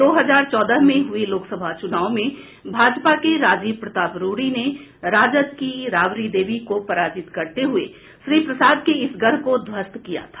दो हजार चौदह में हुए लोकसभा चुनाव में भाजपा के राजीव प्रताप रूड़ी ने राजद की राबड़ी देवी को पराजित करते हुए श्री प्रसाद के इस गढ़ को ध्वस्त किया था